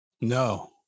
No